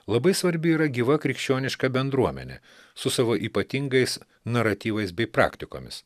labai svarbi yra gyva krikščioniška bendruomenė su savo ypatingais naratyvais bei praktikomis